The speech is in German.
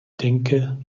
denke